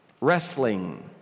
wrestling